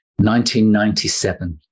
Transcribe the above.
1997